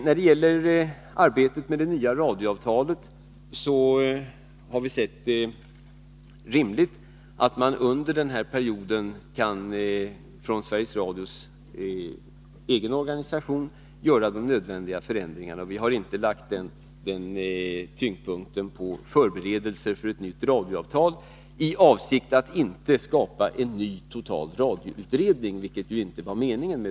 När det gäller arbetet med radioavtalet har vi sett det som rimligt att Sveriges Radios egen organisation under den här perioden kan företa nödvändiga förändringar. Vi har inte lagt tyngdpunkten på förberedelser för ett nytt radioavtal, i avsikt att inte skapa en ny, total radioutredning, vilket inte var meningen.